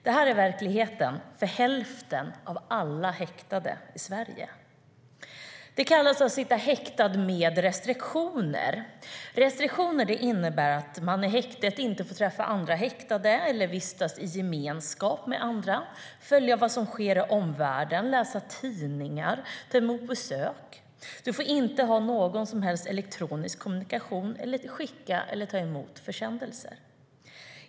Det här är verkligheten för hälften av alla häktade i Sverige. Det kallas att sitta häktad med restriktioner. Restriktioner innebär att man i häktet inte får träffa andra häktade eller vistas i gemenskap med andra, följa vad som sker i omvärlden, läsa tidningar och ta emot besök. Du får inte ha någon som helst elektronisk kommunikation eller skicka eller ta emot försändelser.